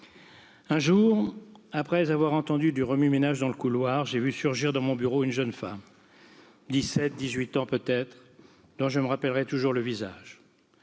un jour après avoir entendu du remue ménage dans le couloir j'ai vu surgir dans mon bureau une jeune femme dix sept dix huit ans peut être dont je me rappellerai toujours le visage